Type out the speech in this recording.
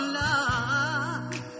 love